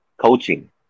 coaching